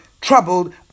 troubled